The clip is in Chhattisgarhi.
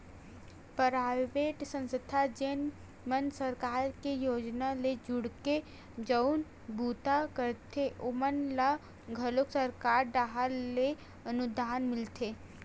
पराइवेट संस्था जेन मन सरकार के योजना ले जुड़के जउन बूता करथे ओमन ल घलो सरकार डाहर ले अनुदान मिलथे